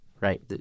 right